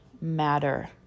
matter